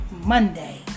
monday